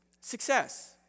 Success